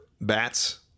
bats